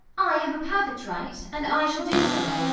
i have a perfect right, and i shall do so.